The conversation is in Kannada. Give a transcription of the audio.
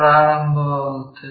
ಪ್ರಾರಂಭವಾಗುತ್ತದೆ